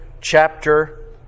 chapter